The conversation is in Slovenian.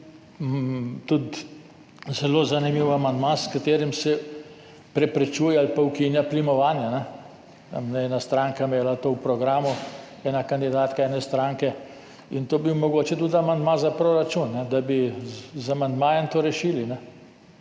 tudi zelo zanimiv amandma, s katerim se preprečuje ali pa ukinja plimovanje. Ena stranka je imela to v programu, ena kandidatka ene stranke, in to bi bil mogoče tudi amandma za proračun, da bi z amandmajem to rešili,